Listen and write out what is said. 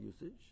usage